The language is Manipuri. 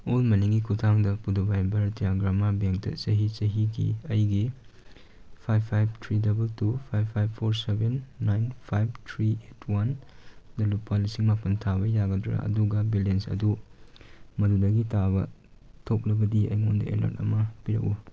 ꯑꯣꯜ ꯃꯅꯤꯒꯤ ꯈꯨꯠꯊꯥꯡꯗ ꯄꯨꯗꯨꯕꯥꯏ ꯚꯥꯔꯠꯇꯤꯌꯥ ꯒ꯭ꯔꯥꯃꯥ ꯕꯦꯡꯇ ꯆꯍꯤ ꯆꯍꯤꯒꯤ ꯑꯩꯒꯤ five five three double two five five four seven nine five three ꯋꯥꯟꯗ ꯂꯨꯄꯥ ꯂꯤꯁꯤꯡ ꯃꯥꯄꯜ ꯇꯥꯕ ꯌꯥꯒꯗꯣꯏꯔꯥ ꯑꯗꯨꯒ ꯕꯦꯂꯦꯟꯁ ꯑꯗꯨ ꯃꯗꯨꯗꯒꯤ ꯇꯥꯕ ꯊꯣꯛꯂꯕꯗꯤ ꯑꯩꯉꯣꯟꯗ ꯑꯦꯂ꯭ꯔꯠ ꯑꯃ ꯄꯤꯔꯛꯎ